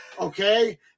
okay